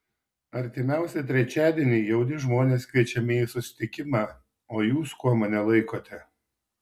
artimiausią trečiadienį jauni žmonės kviečiami į susitikimą o jūs kuo mane laikote